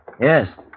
Yes